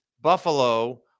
Buffalo